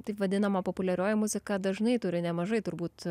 taip vadinama populiarioji muzika dažnai turi nemažai turbūt